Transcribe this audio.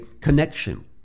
connection